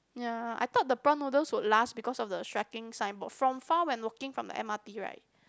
ya I thought the prawn noodles would last because of the striking signboard from far when walking from the M_R_T right